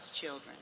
children